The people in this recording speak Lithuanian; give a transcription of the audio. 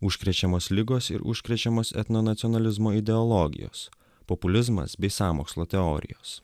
užkrečiamos ligos ir užkrečiamas etno nacionalizmo ideologijos populizmas bei sąmokslo teorijos